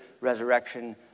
resurrection